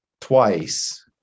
twice